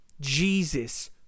Jesus